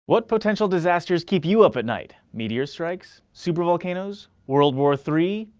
what potential disasters keep you up at night? meteor strikes? super volcanos? world war three?